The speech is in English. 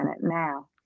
Now